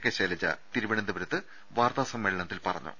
K Shailaja തിരുവനന്തപുരത്ത് വാർത്താസമ്മേളനത്തിൽ പറഞ്ഞു